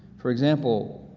for example,